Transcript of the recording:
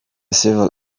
civil